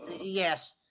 Yes